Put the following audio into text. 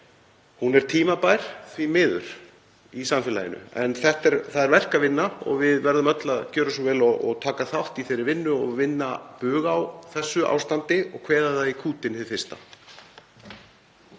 Hún er tímabær, því miður, í samfélaginu. En það er verk að vinna og við verðum öll að gjöra svo vel og taka þátt í þeirri vinnu og vinna bug á þessu ástandi og kveða það í kútinn hið fyrsta.